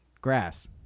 Grass